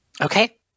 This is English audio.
Okay